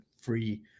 free